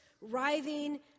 writhing